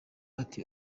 ati